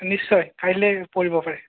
নিশ্চয় কাইলৈ কৰিব পাৰে